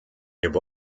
juba